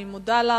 אני מודה לך.